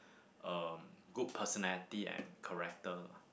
um good personality and character